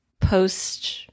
post-